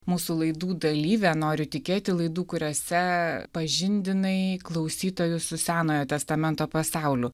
mūsų laidų dalyvę noriu tikėti laidų kuriose pažindinai klausytojus su senojo testamento pasauliu